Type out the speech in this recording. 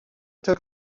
took